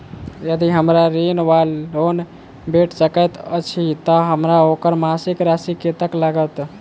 यदि हमरा ऋण वा लोन भेट सकैत अछि तऽ हमरा ओकर मासिक राशि कत्तेक लागत?